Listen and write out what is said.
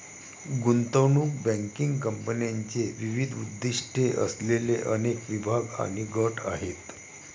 गुंतवणूक बँकिंग कंपन्यांचे विविध उद्दीष्टे असलेले अनेक विभाग आणि गट आहेत